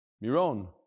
Miron